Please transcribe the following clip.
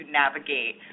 navigate